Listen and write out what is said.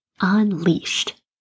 unleashed